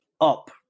up